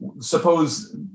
suppose